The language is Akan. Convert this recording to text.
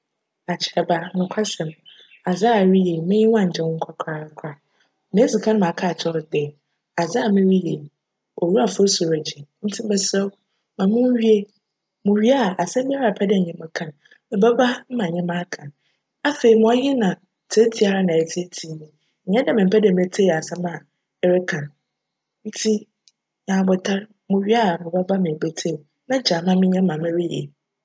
Akyerjba, nokwarsjm nyi adze a ereyj yi m'enyiwa nngye ho korakora. Medzi kan m'aka akyerj wo dj adze a mereyj yi, Owura Fosu regye ntsi meserj wo ma munwie, muwie a, asjm biara a epj dj enye me ka no, mebjba ma enye me aka. Afei, ma cnye na tseetsee ara na eretseetee me yi. Nnyj dj memmpj dj mebetsie asjm a ereka no, ntsi nya abotar, muwie a mebjba ebetsie na gyaa me ma menyj dza mereyj yi.